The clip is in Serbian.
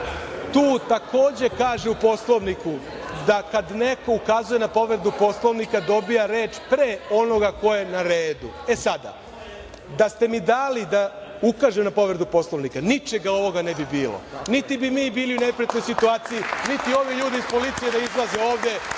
tu takođe kaže u Poslovniku da kad neko ukazuje na povredu Poslovnika, dobija reč pre onoga ko je na redu. E sada, da ste mi dali da ukažem na povredu Poslovnika, ničega ovoga ne bi bilo, niti bi mi bili u nekakvoj situaciji, niti ovi ljudi iz policije da izlaze ovde,